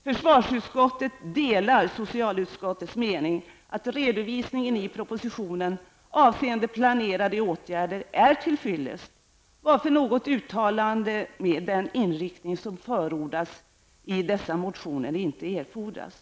Försvarsutskottet delar socialutskottets mening att redovisningen i propositionen avseende planerade åtgärder är till fyllest varför något uttalande med den inriktning som förordas i dessa motioner inte erfordras.